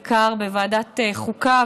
בעיקר בוועדת החוקה,